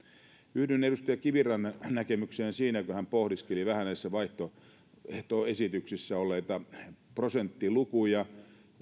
yhdyn edustaja kivirannan näkemykseen siinä kun hän pohdiskeli vähän näissä vaihtoehtoesityksissä olleita prosenttilukuja